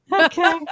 Okay